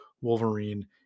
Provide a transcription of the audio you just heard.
Wolverine